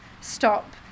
stop